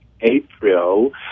April